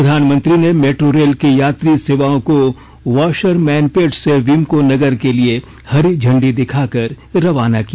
प्रधानमंत्री ने metro rail की यात्री सेवाओं को वाशरमैनपेट से विमको नगर के लिए हरी झंडी दिखाकर रवाना किया